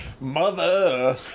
Mother